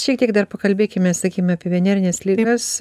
šiek tiek dar pakalbėkime sakykime apie venerines ligas